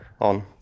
on